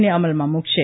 ને અમલમાં મુકશે